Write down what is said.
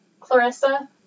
Clarissa